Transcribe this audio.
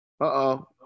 Uh-oh